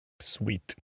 sweet